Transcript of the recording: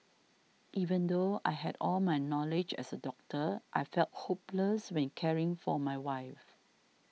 even though I had all my knowledge as a doctor I felt hopeless when caring for my wife